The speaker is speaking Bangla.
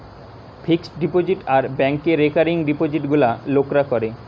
ফিক্সড ডিপোজিট আর ব্যাংকে রেকারিং ডিপোজিটে গুলা লোকরা করে